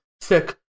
sick